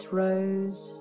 rose